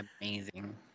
amazing